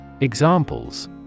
Examples